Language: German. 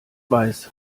weiß